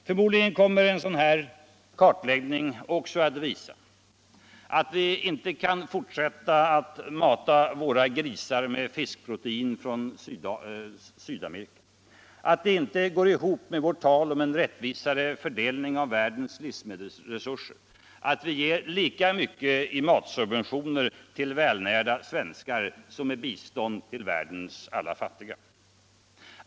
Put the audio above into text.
Förmodligen kommer en dylik kartläggning också att visa, att vi inte kan fortsätta att mata våra grisar med fiskprotein från Sydamerika, att det inte går ihop med vårt tal om en rättvisare fördelning av världens livsmedelsresurser att vi ger lika mycket i matsubventioner till välnärda svenskar som i bistånd till världens alla fattiga.